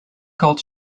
called